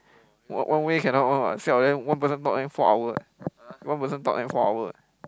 one one way cannot one [what] siao then one person talk then four hour eh one person talk then four hour eh